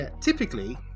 typically